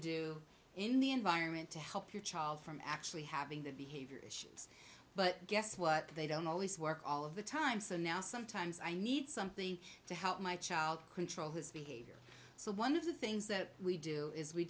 do in the environment to help your child from actually having the behavior issues but guess what they don't always work all of the time so now sometimes i need something to help my child control his behavior so one of the things that we do is we